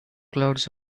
clouds